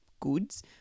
goods